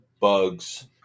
bugs